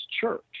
church